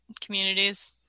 communities